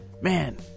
man